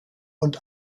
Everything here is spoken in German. und